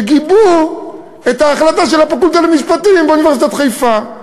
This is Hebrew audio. שגיבו את ההחלטה של הפקולטה למשפטים באוניברסיטת חיפה,